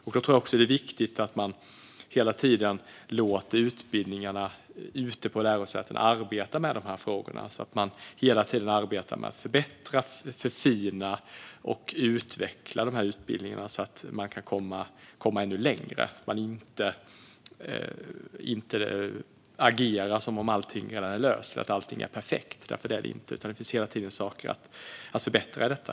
Jag tror också att det är viktigt att man hela tiden låter utbildningarna ute på lärosätena arbeta med dessa frågor, så att man hela tiden arbetar med att förbättra, förfina och utveckla utbildningarna för att komma ännu längre - att man inte agerar som om allt redan är löst och allt är perfekt. Det är det ju inte, utan det finns hela tiden saker att förbättra i detta.